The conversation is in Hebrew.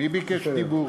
מי ביקש דיבור?